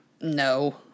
No